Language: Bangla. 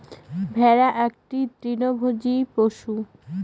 ভেড়া একটি তৃণভোজী পশু